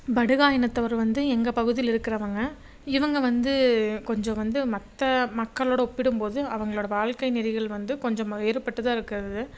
படுகா இனத்தவர் வந்து எங்கள் பகுதியில் இருக்கிறவங்க இவங்க வந்து கொஞ்சம் வந்து மற்ற மக்களோட ஒப்பிடும்போது அவங்களோட வாழ்க்கை நெறிகள் வந்து கொஞ்சம் வேறுபட்டதாக இருக்கிறது